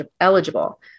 eligible